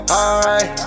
alright